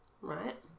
Right